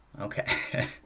Okay